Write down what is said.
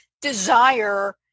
desire